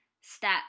step